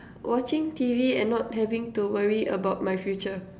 watching T V and not having to worry about my future